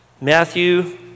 Matthew